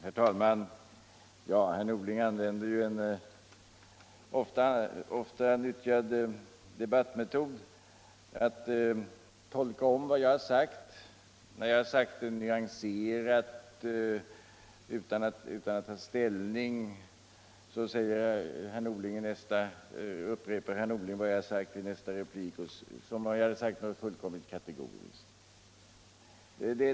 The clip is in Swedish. Herr talman! Herr Norling använde en ofta nyttjad debattmetod, nämligen att tolka om vad jag har sagt. När jag uttalar mig nyanserat och utan att ta ställning återger herr Norling det i nästa replik som om jag hade sagt något fullkomligt kategoriskt.